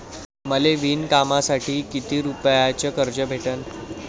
मले विणकामासाठी किती रुपयानं कर्ज भेटन?